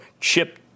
chip